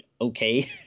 okay